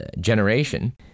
generation